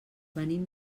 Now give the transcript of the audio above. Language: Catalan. venim